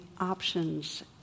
options